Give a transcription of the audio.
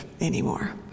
anymore